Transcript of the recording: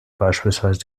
beispielsweise